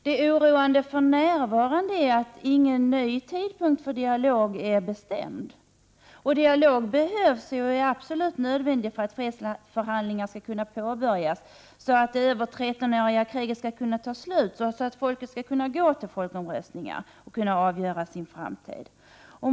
Det oroande för närvarande är att ingen ny tid för dialog är bestämd. En dialog behövs ju och är absolut nödvändig för att fredsförhandlingar skall kunna påbörjas och det över 13 år långa kriget kunna ta slut och för att folket skall kunna gå till sina folkomröstningar för att avgöra sin framtid.